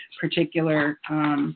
particular